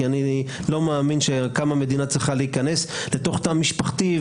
כי אני לא מאמין שהמדינה צריכה עד כדי כך להיכנס לתוך התא המשפחתי.